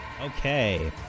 Okay